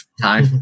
time